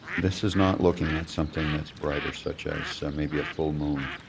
this is not looking at something that's brighter such as maybe a full moon.